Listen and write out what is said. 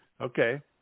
Okay